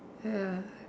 ya